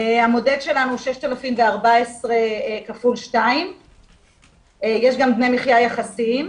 המודד שלנו 6,014 כפול 2. יש גם דמי מחייה יחסיים.